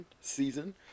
season